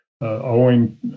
owing